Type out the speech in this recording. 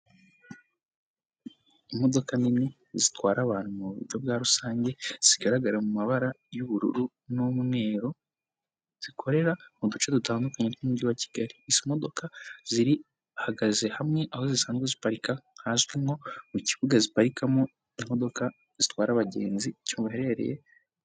Imodoka nini zitwara abantu muburyo bwa rusange zigaragara mu mabara y'ubururu n'umweru, zikorera mu duce dutandukanye tw'umujyi wa kigali. Izi modoka ziri ahahagaze hamwe aho zisanzwe ziparika hazwi nko mu kibuga ziparikamo imodoka zitwara abagenzi kimuherereye.